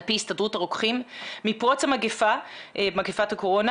על פי הסתדרות הרוקחים מפרוץ מגפת הקורונה